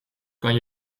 kan